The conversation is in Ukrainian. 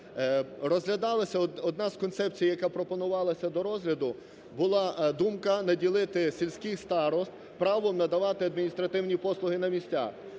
одна з концепцій, яка пропонувалася до розгляду, була думка, наділити сільських старост правом надавати адміністративні послуги на місцях.